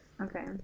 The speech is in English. Okay